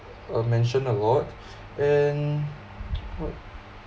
uh mentioned a lot and